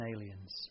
aliens